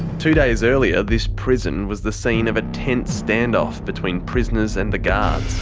two days earlier, this prison was the scene of a tense stand-off between prisoners and the guards.